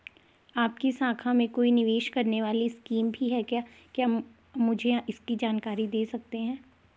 आपकी शाखा में कोई निवेश करने वाली स्कीम भी है क्या आप मुझे इसकी जानकारी दें सकते हैं?